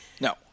No